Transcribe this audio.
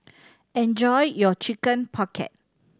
enjoy your Chicken Pocket